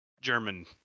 German